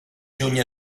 lluny